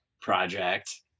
project